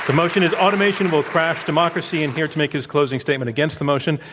motion is automation will crash democracy. and here to make his closing statement against the motion,